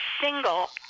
single